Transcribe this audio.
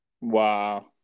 Wow